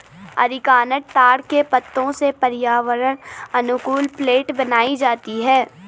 areca nut ताड़ के पत्तों से पर्यावरण अनुकूल प्लेट बनाई जाती है